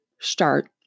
start